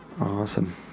Awesome